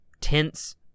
Tense